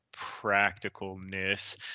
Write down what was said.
practicalness